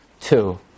two